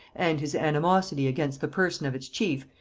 and his animosity against the person of its chief,